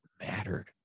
mattered